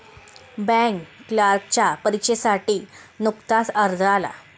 bank क्लर्कच्या परीक्षेसाठी नुकताच अर्ज आला